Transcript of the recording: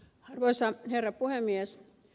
arvoisa herra puhemies